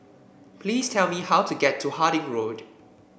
please tell me how to get to Harding Road